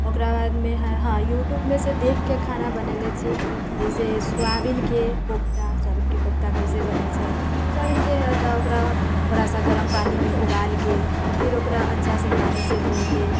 ओकरा बादमे है हँ यूट्यूबमे सँ देखके खाना बनेले छी जैसे सोयाबीनके कोफ्ता सोयाबीनके कोफ्ता कैसे बनै छै सोयाबीनके है तऽ ओकरा थोड़ासँ गरम पानिमे उबालके फिर ओकरा अच्छासँ पानिसँ धोके